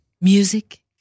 Music